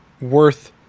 worth